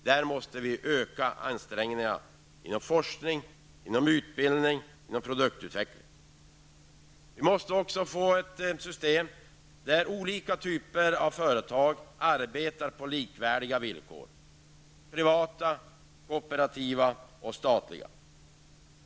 Där måste vi öka ansträngningarna inom forskning, utbildning och produktutveckling. Vi måste också få ett system där olika typer av företag arbetar på likvärdiga villkor -- privata, kooperativa och statliga företag.